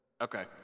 Okay